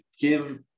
give